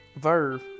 Verb